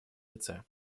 лице